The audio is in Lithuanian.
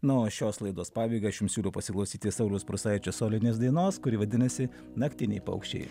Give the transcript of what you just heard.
na o šios laidos pabaigai aš jums siūlau pasiklausyti sauliaus prūsaičio solinės dainos kuri vadinasi naktiniai paukščiai